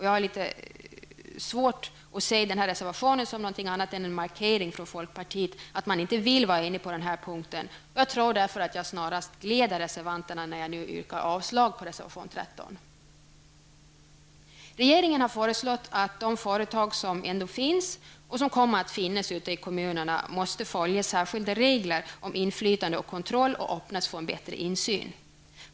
Jag har litet svårt att se denna reservation som någonting annat än en markering från folkpartiet, att man inte vill vara enig på den här punkten. Jag tror därför att jag snarast gläder reservanterna när jag nu yrkar avslag på reservation 13. Regeringen har föreslagit att de företag som ändå finns, och som kommer att finnas ute i kommunerna, måste följa särskilda regler om inflytande och kontroll. De måste dessutom öppnas för en bättre insyn.